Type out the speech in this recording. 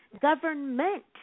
Government